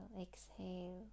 exhale